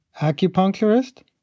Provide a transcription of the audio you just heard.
acupuncturist